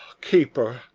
keeper,